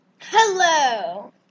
Hello